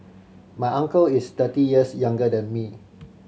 my uncle is thirty years younger than me